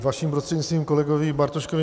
Vaším prostřednictvím kolegovi Bartoškovi.